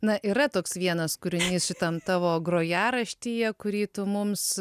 na yra toks vienas kūrinys šitam tavo grojaraštyje kurį tu mums